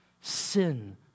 sin